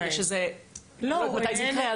כדי שמתי שזה יקרה,